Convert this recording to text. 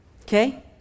okay